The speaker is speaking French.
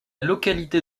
localité